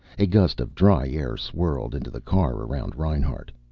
a gust of dry air swirled into the car around reinhart.